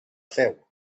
féu